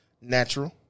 natural